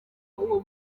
uwo